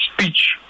speech